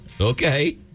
Okay